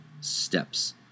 steps